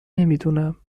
نمیدونم